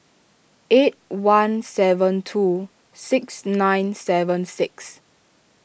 eight one seven two six nine seven six